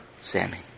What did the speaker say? Sammy